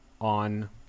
on